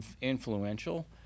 influential